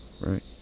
right